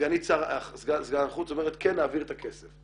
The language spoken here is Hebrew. סגנית שר החוץ אומרת כן נעביר את הכסף.